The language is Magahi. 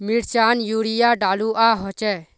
मिर्चान यूरिया डलुआ होचे?